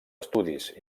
estudis